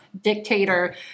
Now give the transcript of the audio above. dictator